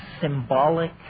symbolic